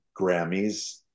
Grammys